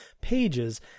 pages